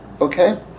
Okay